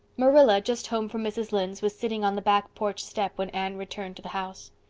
marilla, just home from mrs. lynde's, was sitting on the back porch step when anne returned to the house.